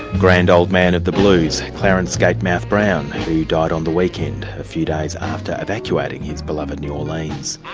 grand old man of the blues, and clarence gate mouth brown, who died on the weekend, a few days after evacuating his beloved new orleans.